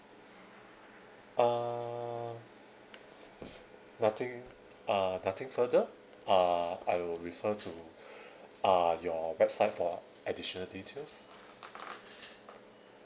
uh nothing uh nothing further uh I will refer to uh your website for additional details